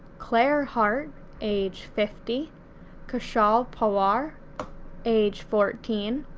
claire hart age fifty kaushal pawar age fourteen,